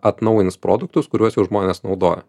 atnaujins produktus kuriuos jau žmonės naudoja